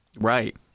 right